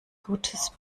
gutes